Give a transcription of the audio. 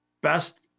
best